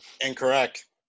incorrect